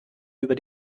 über